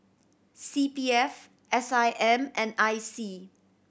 C P F S I M and I C